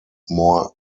more